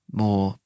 more